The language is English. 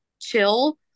chill